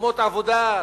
מקומות עבודה,